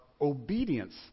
obedience